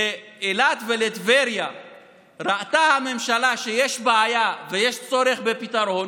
לגבי אילת וטבריה ראתה הממשלה שיש בעיה ויש צורך בפתרון.